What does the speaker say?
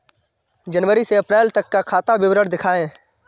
जनवरी से अप्रैल तक का खाता विवरण दिखाए?